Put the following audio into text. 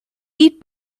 eat